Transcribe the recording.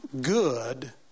good